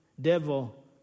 devil